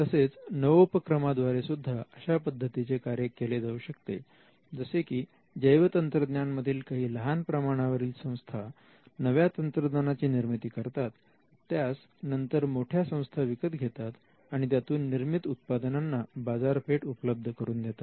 तसेच नवोपक्रमांद्वारे सुद्धा अशा पद्धतीचे कार्य केले जाऊ शकते जसे की जैवतंत्रज्ञान मधील काही लहान प्रमाणावरील संस्था नव्या तंत्रज्ञानाची निर्मिती करतात त्यास नंतर मोठ्या संस्था विकत घेतात आणि त्यातून निर्मित उत्पादनांना बाजारपेठ उपलब्ध करून देतात